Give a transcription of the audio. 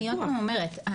אני עוד פעם אומרת,